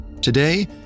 Today